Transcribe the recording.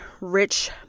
rich